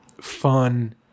fun